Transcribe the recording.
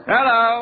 Hello